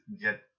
get